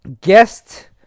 guest